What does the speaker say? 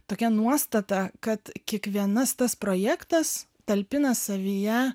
tokia nuostata kad kiekvienas tas projektas talpina savyje